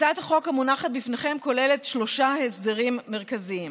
הצעת החוק המונחת בפניכם כוללת שלושה הסדרים מרכזיים: